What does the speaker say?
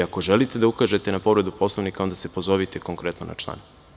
Ako želite da ukažete na povredu Poslovnika, onda se pozovite konkretno na član.